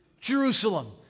Jerusalem